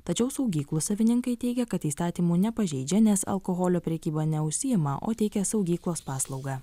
tačiau saugyklų savininkai teigia kad įstatymų nepažeidžia nes alkoholio prekyba neužsiima o teikia saugyklos paslaugą